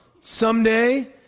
someday